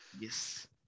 yes